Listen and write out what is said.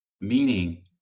Meaning